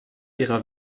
ihrer